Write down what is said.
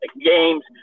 games